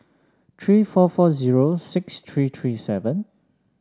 three four four zero six three three seven